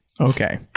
okay